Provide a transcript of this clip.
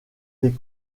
des